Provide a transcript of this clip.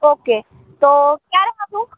okay તો ક્યારે મળું